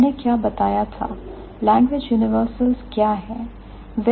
मैंने क्या बताया था language universals क्या हैं